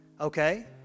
Okay